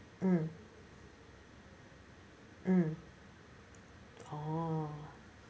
mm mm oh